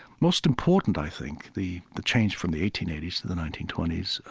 most important, i think, the the change from the eighteen eighty s to the nineteen twenty s